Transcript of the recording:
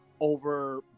over